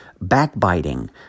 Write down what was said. backbiting